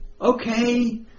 Okay